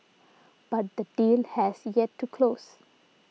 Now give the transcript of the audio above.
but the deal has yet to close